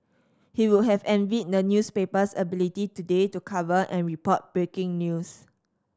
he would have envied the newspaper's ability today to cover and report breaking news